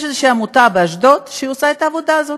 יש איזושהי עמותה באשדוד שעושה את העבודה הזאת,